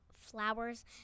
flowers